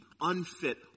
unfit